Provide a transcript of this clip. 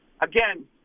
again